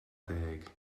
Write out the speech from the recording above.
deg